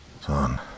son